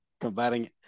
combating